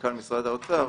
מנכ"ל משרד האוצר,